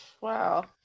Wow